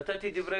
נתתי דברי